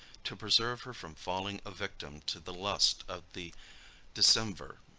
to preserve her from falling a victim to the lust of the decemvir